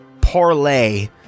parlay